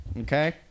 okay